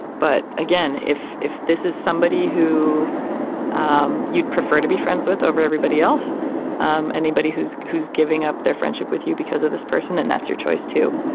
but again if if this is somebody who um you'd prefer to be friends with over everybody else um anybody who's who's giving up their friendship with you because of this person then that's your choice too.